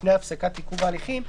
לפני הפסקת עיכוב ההליכים."